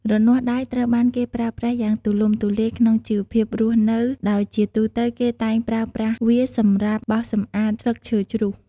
រនាស់ដៃត្រូវបានគេប្រើប្រាស់យ៉ាងទូលំទូលាយក្នុងជីវភាពរស់នៅ ដោយជាទូទៅគេតែងប្រើប្រាស់វាសម្រាប់ បោសសម្អាតស្លឹកឈើជ្រុះ។